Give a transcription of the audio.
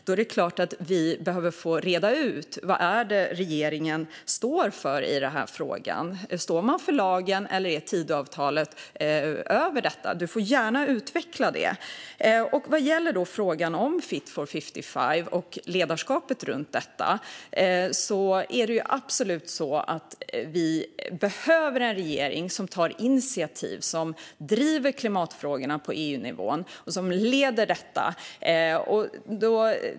Då är det klart att vi behöver reda ut vad det är som regeringen står för i frågan. Står man för lagen, eller står Tidöavtalet över den? Du får gärna utveckla det. Vad gäller frågan om Fit for 55 och ledarskapet runt det behöver vi absolut en regering som tar initiativ, som driver klimatfrågorna på EU-nivån och som leder detta.